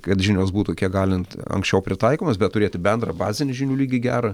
kad žinios būtų kiek galint anksčiau pritaikomos bet turėti bendrą bazinį žinių lygį gerą